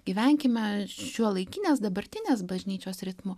gyvenkime šiuolaikinės dabartinės bažnyčios ritmu